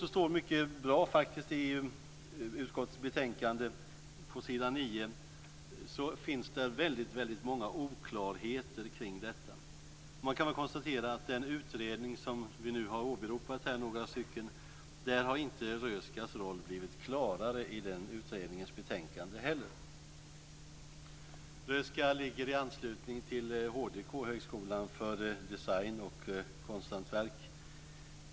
Det står mycket bra på s. 9 i betänkandet att det finns väldigt många oklarheter kring detta. Man kan väl konstatera att Röhsskas roll i betänkandet från den utredning som några av oss har åberopat inte har blivit klarare. Röhsska ligger i anslutning till HDK, Högskolan för design och konsthantverk.